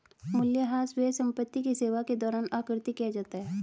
मूल्यह्रास व्यय संपत्ति की सेवा के दौरान आकृति किया जाता है